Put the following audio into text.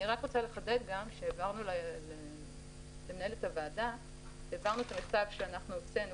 אני רוצה לחדד שהעברנו למנהלת הוועדה את המכתב שהוצאנו,